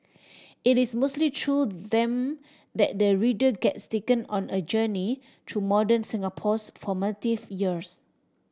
it is mostly through them that the reader gets taken on a journey through modern Singapore's formative years